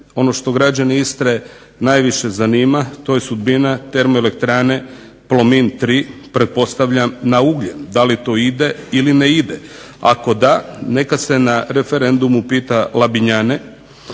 Ono što građane Istre najviše zanima to je sudbina Termoelektrane Plomin 3, pretpostavljam na ugljen. Da li to ide ili ne ide. Ako da, neka se na referendumu pita Labinjane